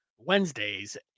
Wednesdays